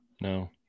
no